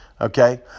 Okay